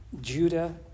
Judah